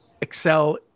excel